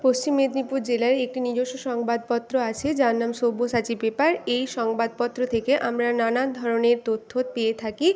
পশ্চিম মেদিনীপুর জেলার একটি নিজস্ব সংবাদপত্র আছে যার নাম সব্যসাচী পেপার এই সংবাদপত্র থেকে আমরা নানান ধরনের তথ্য পেয়ে থাকি